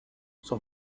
son